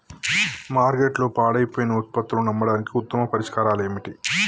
మార్కెట్లో పాడైపోయిన ఉత్పత్తులను అమ్మడానికి ఉత్తమ పరిష్కారాలు ఏమిటి?